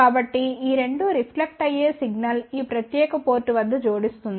కాబట్టి ఈ 2 రిఫ్లెక్ట్ అయ్యే సిగ్నల్ ఈ ప్రత్యేక పోర్టు వద్ద జోడిస్తుంది